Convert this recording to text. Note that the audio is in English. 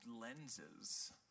lenses